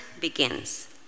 begins